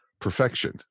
perfection